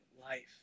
life